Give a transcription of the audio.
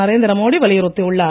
நரேந்திர மோடி வலியுறுத்தியுள்ளார்